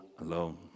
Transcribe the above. alone